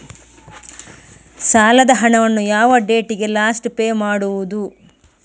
ಸಾಲದ ಹಣವನ್ನು ಯಾವ ಡೇಟಿಗೆ ಲಾಸ್ಟ್ ಪೇ ಮಾಡುವುದು?